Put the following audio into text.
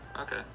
Okay